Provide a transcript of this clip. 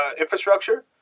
infrastructure